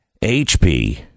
HP